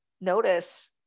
notice